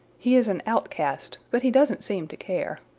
he is an outcast, but he doesn't seem to care.